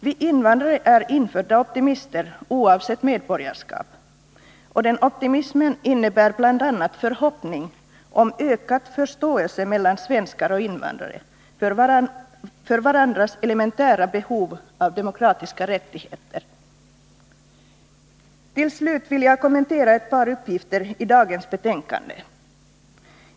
Vi invandrare är födda optimister oavsett medborgarskap, 101 och den optimismen innebär bl.a. förhoppning om ökad förståelse mellan svenskar och invandrare för varandras elementära behov av demokratiska rättigheter. Till slut vill jag kommentera ett par uppgifter i dagens betänkande.